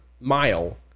mile